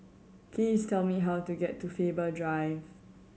please tell me how to get to Faber Drive